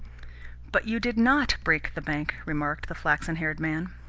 but you did not break the bank, remarked the flaxen-haired man.